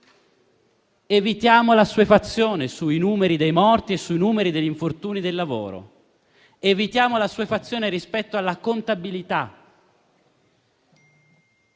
evitare l'assuefazione sui numeri dei morti e degli infortuni sul lavoro. Evitiamo l'assuefazione rispetto alla contabilità.